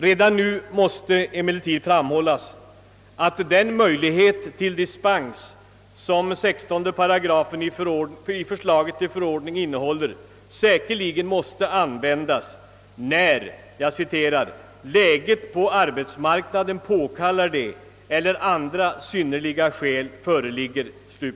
Redan nu måste emellertid framhållas att den möjlighet till dispens som 16 8 i förslaget till förordning innehåller säkerligen måste användas när »läget på arbetsmarknaden påkallar det eller andra synnerliga skäl föreligger».